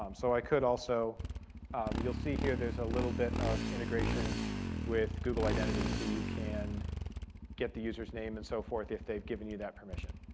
um so i could also you'll see here there's a little bit of integration with google identity. so you can get the user's name and so forth, if they've given you that permission.